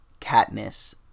Katniss